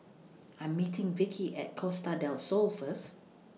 I'm meeting Vicki At Costa Del Sol First